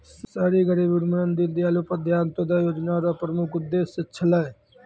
शहरी गरीबी उन्मूलन दीनदयाल उपाध्याय अन्त्योदय योजना र प्रमुख उद्देश्य छलै